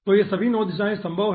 तो ये सभी 9 दिशाएं संभव हैं